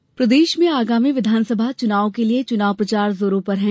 चुनाव प्रचार प्रदेश में आगामी विधानसभा चुनाव के लिये चुनाव प्रचार जोरो पर है